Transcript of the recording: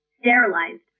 sterilized